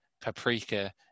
Paprika